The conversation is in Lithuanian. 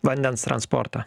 vandens transportą